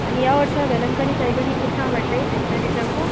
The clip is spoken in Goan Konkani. आनी ह्या वर्सा वॅलकानी सायबिणी पुरसांव काडटाय फेस्ता दिसाकू